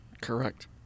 Correct